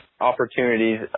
opportunities